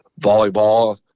volleyball